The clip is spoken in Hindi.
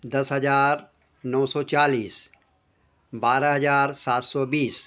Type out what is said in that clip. दस हज़ार नौ सौ चालीस बारह हज़ार सात सौ बीस